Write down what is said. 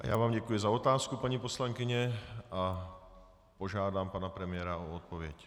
Já vám děkuji za otázku, paní poslankyně, a požádám pana premiéra o odpověď.